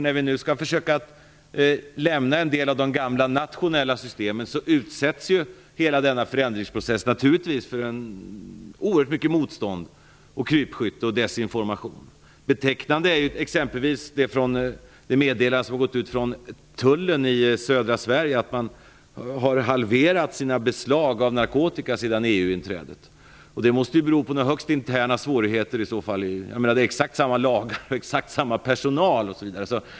När vi nu skall försöka lämna en del av de gamla nationella systemen utsätts hela denna förändringsprocess naturligtvis för oerhört mycket motstånd, krypskytte och desinformation. Betecknande för detta är t.ex. det meddelande som har gått ut från tullen i södra Sverige om att man har halverat sina beslag av narkotika sedan EU inträdet. Det måste i så fall bero på högst interna svårigheter, eftersom det är exakt samma lagar och personal som tidigare.